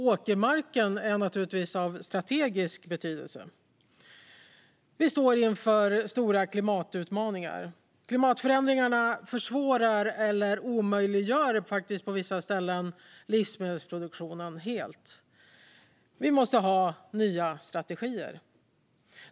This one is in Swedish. Åkermarken är naturligtvis av strategisk betydelse. Vi står inför stora klimatutmaningar. Klimatförändringarna försvårar, på vissa ställen omöjliggör, livsmedelsproduktionen helt. Vi måste ha nya strategier.